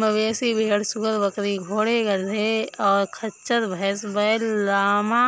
मवेशी, भेड़, सूअर, बकरी, घोड़े, गधे, और खच्चर, भैंस, बैल, लामा,